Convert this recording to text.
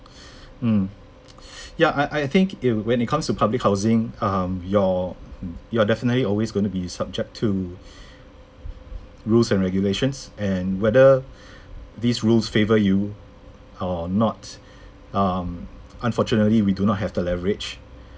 mm ya I I think it'll when it comes to public housing um you're you're definitely always gonna be subject to rules and regulations and whether these rules favor you or not um unfortunately we do not have the leverage